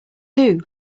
too